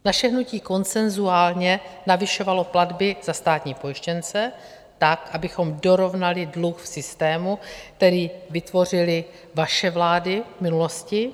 Naše hnutí konsenzuálně navyšovalo platby za státní pojištěnce tak, abychom dorovnali dluh v systému, který vytvořily vaše vlády v minulosti.